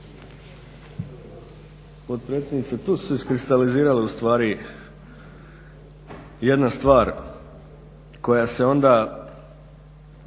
potpredsjednice. Tu se iskristalizirala ustvari jedna stvar koja se onda